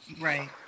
right